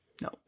no